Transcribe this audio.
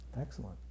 Excellent